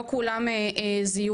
לא כולם זיהו.